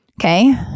Okay